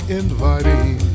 inviting